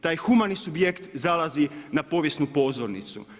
Taj humani subjekt zalazi na povijesnu pozornicu.